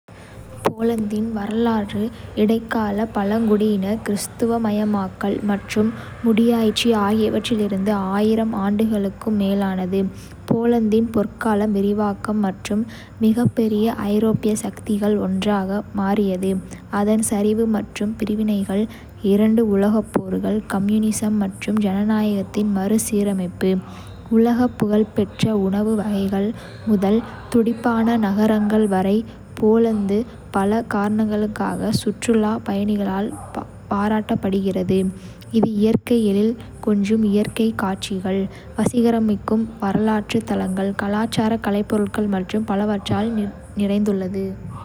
போலந்தின் வரலாறு இடைக்கால பழங்குடியினர், கிறிஸ்தவமயமாக்கல் மற்றும் முடியாட்சி ஆகியவற்றிலிருந்து ஆயிரம் ஆண்டுகளுக்கும் மேலானது; போலந்தின் பொற்காலம், விரிவாக்கம் மற்றும் மிகப்பெரிய ஐரோப்பிய சக்திகளில் ஒன்றாக மாறியது. அதன் சரிவு மற்றும் பிரிவினைகள், இரண்டு உலகப் போர்கள், கம்யூனிசம் மற்றும் ஜனநாயகத்தின் மறுசீரமைப்பு.உலகப் புகழ்பெற்ற உணவு வகைகள் முதல் துடிப்பான நகரங்கள் வரை, போலந்து பல காரணங்களுக்காக சுற்றுலாப் பயணிகளால் பாராட்டப்படுகிறது. இது இயற்கை எழில் கொஞ்சும் இயற்கை காட்சிகள், வசீகரிக்கும் வரலாற்று தளங்கள், கலாச்சார கலைப்பொருட்கள் மற்றும் பலவற்றால் நிறைந்துள்ளது.